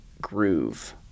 groove